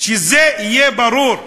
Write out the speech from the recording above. שזה יהיה ברור.